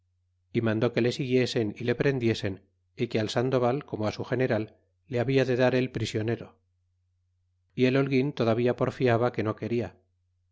é mandó que le s guiesen y le prendiesen y que al sandoval corno su general le habia de dar él prisionero y el holguin todavía porfiaba que no queda